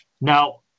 Now